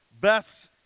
Beth's